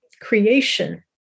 creation